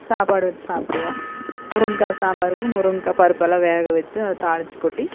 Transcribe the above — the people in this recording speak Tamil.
சாப்பாடு வெச்சு சாப்படு வோம் முருங்க்காய் சாம்பாருக்கு முருங்க்காய் பருப்பெல்லாம் வேக வெச்சும் அதை தாளிச்சி கொட்டி